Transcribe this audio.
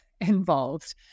involved